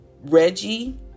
Reggie